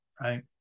right